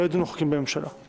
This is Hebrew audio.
לא ידונו בחוקים של הממשלה.